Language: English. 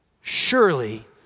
Surely